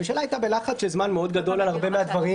הממשלה הייתה בלחץ של זמן מאוד גדול על הרבה מהדברים,